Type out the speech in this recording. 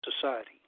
society